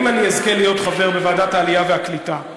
אם אני אזכה להיות חבר בוועדת העלייה והקליטה,